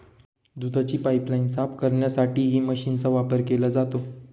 दुधाची पाइपलाइन साफ करण्यासाठीही मशीनचा वापर केला जातो